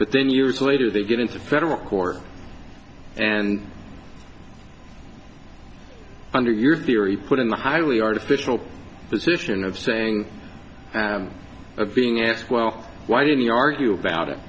but then years later they get into federal court and under your theory put in the highly artificial position of saying being asked well why didn't you argue about it